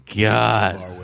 God